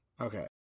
Okay